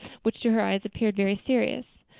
which to her eyes appeared very serious.